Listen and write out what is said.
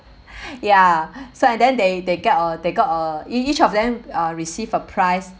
ya so and then they they got uh they got uh ea~ each of them uh receive a prize